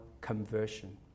conversion